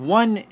one